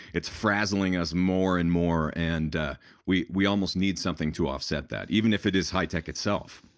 it's frazzling us more and more and we we almost need something to offset that even if it is high tech itself.